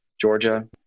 Georgia